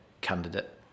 candidate